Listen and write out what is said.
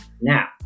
now